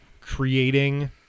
creating